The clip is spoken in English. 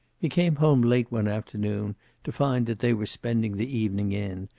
he came home late one afternoon to find that they were spending the evening in,